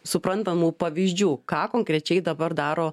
suprantamų pavyzdžių ką konkrečiai dabar daro